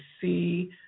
see